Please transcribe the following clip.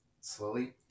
slowly